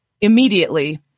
immediately